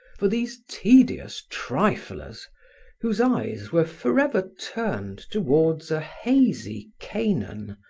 for these tedious triflers whose eyes were forever turned towards a hazy canaan,